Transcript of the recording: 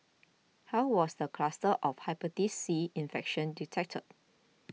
how was the cluster of Hepatitis C infection detected